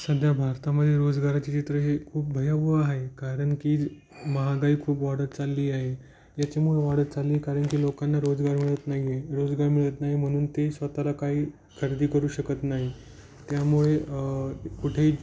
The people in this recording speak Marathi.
सध्या भारतामधे रोजगाराची चित्र हे खूप भयावह आहे कारण की महागाई खूप वाढत चालली आहे याच्यामुळं वाढत चालली आहे कारण की लोकांना रोजगार मिळत नाही आहे रोजगार मिळत नाही म्हणून ते स्वतःला काही खरेदी करू शकत नाही त्यामुळे कुठेही